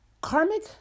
Karmic